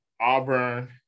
Auburn